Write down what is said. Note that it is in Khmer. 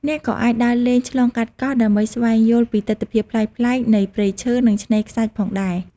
អ្នកក៏អាច ដើរលេងឆ្លងកាត់កោះ ដើម្បីស្វែងយល់ពីទិដ្ឋភាពប្លែកៗនៃព្រៃឈើ និងឆ្នេរខ្សាច់ផងដែរ។